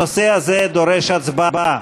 הנושא הזה דורש הצבעה.